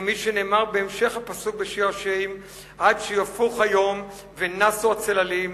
כפי שנאמר בהמשך הפסוק משיר השירים: 'עד שיפוח היום ונסו הצללים',